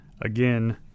again